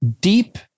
deep